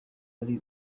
ari